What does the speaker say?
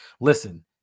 Listen